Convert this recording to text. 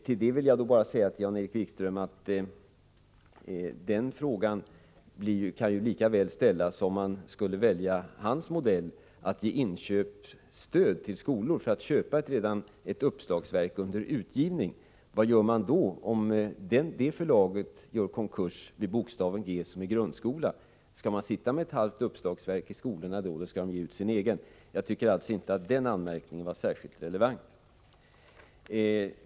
Till detta vill jag bara säga att frågan lika väl kan ställas, om man skulle välja Jan-Erik Wikströms modell och ge inköpsstöd till skolor för att köpa ett uppslagsverk som redan är under utgivning: Vad gör man om det förlaget skulle göra konkurs vid bokstaven G somi”grundskola”? Skall man då sitta med ett halvt uppslagsverk, eller skall skolorna ge ut sitt eget? Jag tycker alltså inte att den anmärkningen var särskilt relevant.